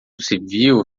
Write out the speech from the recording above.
civil